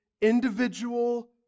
individual